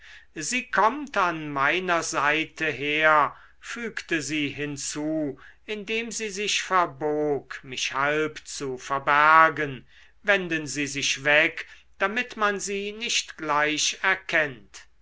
sie kommt an meiner seite her fügte sie hinzu indem sie sich verbog mich halb zu verbergen wenden sie sich weg damit man sie nicht gleich erkennt